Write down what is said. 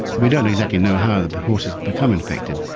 we don't exactly know how the horses become infected.